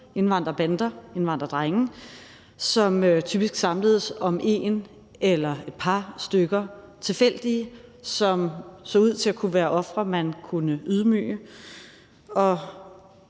indvandrerbander, indvandrerdrenge, som typisk samledes om én person eller et par stykker, tilfældige, som så ud til at kunne være ofre, man kunne ydmyge. Og